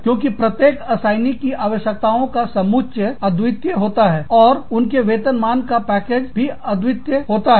क्योंकि प्रत्येक असाइनी के आवश्यकताओं का समुच्चय अद्वितीय होता है और उनके वेतन मान का पैकेज भी अद्वितीय होता है